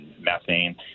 methane